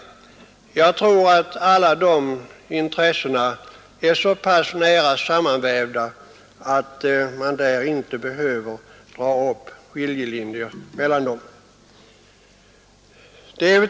Jag tror att alla dessa intressen är så pass nära sammanvävda att man inte behöver dra upp skiljelinjer mellan dem.